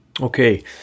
Okay